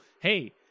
hey